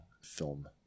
film